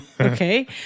Okay